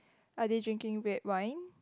are they drinking red wine